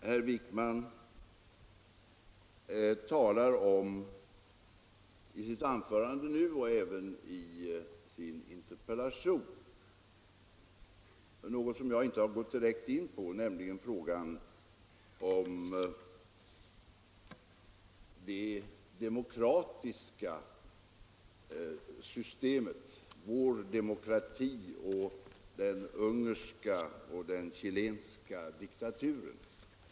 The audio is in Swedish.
Herr Wijkman talar i sitt anförande nu och även i sin interpellation om något som jag inte direkt har gått in på, nämligen frågan om det demokratiska systemet — om vår demokrati och om den ungerska och den chilenska diktaturen.